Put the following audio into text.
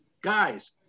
Guys